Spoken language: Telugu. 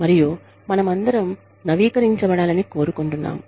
మరియు మనమందరం నవీకరించబడాలని కోరుకుంటున్నాము